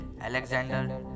Alexander